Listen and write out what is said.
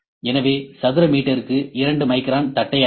எனவே சதுர மீட்டருக்கு 2 மைக்ரான் தட்டையானது